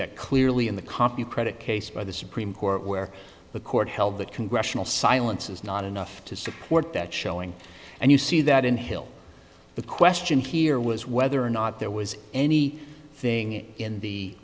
that clearly in the compu credit case by the supreme court where the court held that congressional silence is not enough to support that showing and you see that in hill the question here was whether or not there was any thing in the